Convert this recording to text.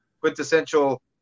quintessential